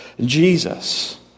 Jesus